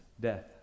death